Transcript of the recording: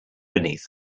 beneath